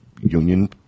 union